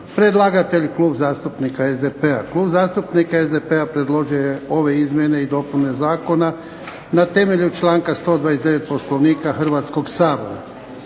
Predlagatelj: Klub zastupnika SDP-a Klub zastupnika SDP-a predložio je ove izmjene i dopune zakona na temelju članka 129. Poslovnika Hrvatskoga sabora.